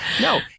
No